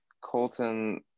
Colton